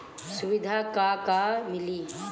सुविधा का का मिली?